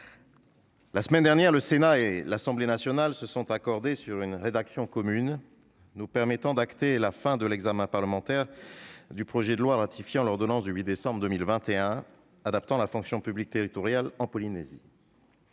la semaine dernière, le Sénat et l'Assemblée nationale se sont accordés sur une rédaction commune, nous permettant d'acter la fin de l'examen parlementaire du projet de loi ratifiant l'ordonnance de 8 décembre 2021 étendant et adaptant à la fonction publique des communes de Polynésie